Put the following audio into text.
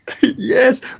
Yes